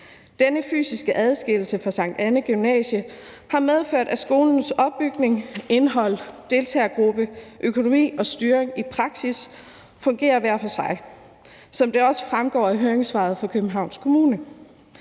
Denne fysiske adskillelse fra Sankt Annæ Gymnasium har medført, at skolens opbygning, indhold, deltagergruppe, økonomi og styring i praksis fungerer hver for sig, som det også fremgår af høringssvaret fra Københavns Kommune.